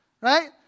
right